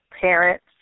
parents